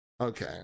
Okay